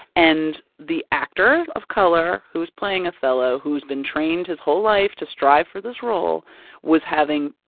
and the actor of color who was playing othello who's been trained his whole life to strive for this role was having,